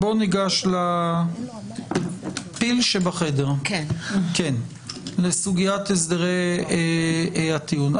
ניגש לפיל שבחדר, לסוגיית הסדרי הטיעון.